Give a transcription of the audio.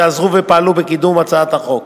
שעזרו ופעלו בקידום הצעת החוק.